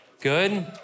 good